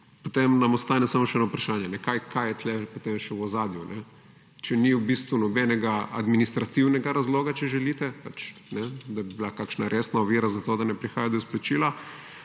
potem nam ostane samo še eno vprašanje, kaj je tu potem še v ozadju. Če ni v bistvu nobenega administrativnega razloga, če želite, da bi bila kakšna resna ovira za to, da ne prihaja do izplačila,